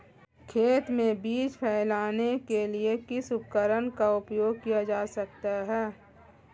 खेत में बीज फैलाने के लिए किस उपकरण का उपयोग किया जा सकता है?